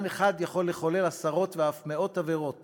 אחד יכול לחולל עשרות ואף מאות עבירות